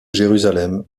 jérusalem